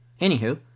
Anywho